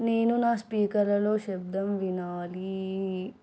నేను నా స్పీకర్లలో శబ్దం వినాలీ